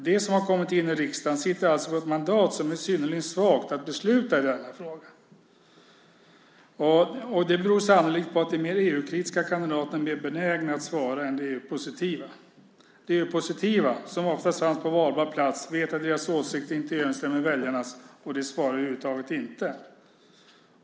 De som har kommit in i riksdagen sitter alltså på ett mandat som är synnerligen svagt att besluta i denna fråga. Det beror sannolikt på att de mer EU-kritiska kandidaterna är mer benägna att svara än de EU-positiva. De EU-positiva, som oftast fanns på valbar plats, vet att deras åsikt inte överensstämmer med väljarnas, och de svarar över huvud taget inte.